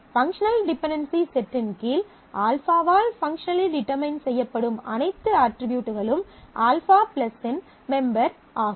எனவே functional dependency செட்டின் கீழ் α வால் பங்க்ஷனலி டிடெர்மைன் செய்யப்படும் அனைத்து அட்ரிபியூட்களும் α இன் மெம்பர் ஆகும்